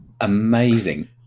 Amazing